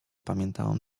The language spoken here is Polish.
pamiętałem